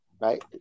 right